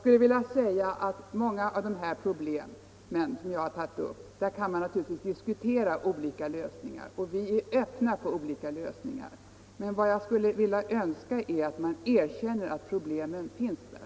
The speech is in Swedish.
Beträffande många av dessa problem som jag har tagit upp kan man naturligtvis diskutera olika lösningar, och vi är öppna för det. Men jag skulle önska att man erkände att problemen finns där.